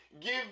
give